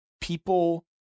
people